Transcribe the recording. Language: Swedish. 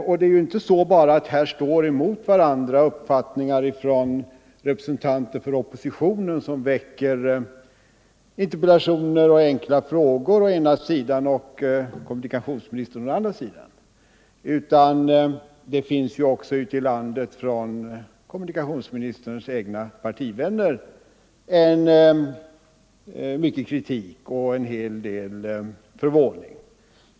Här står inte bara å ena sidan representanter för oppositionen, som framställer interpellationer och enkla frågor, och kommunikationsministern på den andra sidan, utan även från kommunikationsministerns egna partivänner från olika håll ute i landet har det försports mycken kritik och en hel del förvåning.